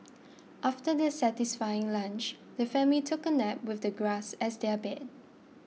after their satisfying lunch the family took a nap with the grass as their bed